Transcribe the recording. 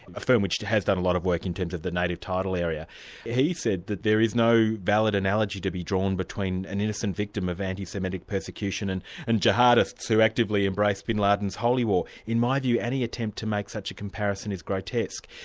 a firm which has done a lot of work in terms of the native title area he said that there is no valid analogy to be drawn between an innocent victim of anti-semitic persecution and and jihadists who actively embrace bin laden's holy war in my view any attempt to make such a comparison is grotesque.